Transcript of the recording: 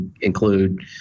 include